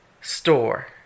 store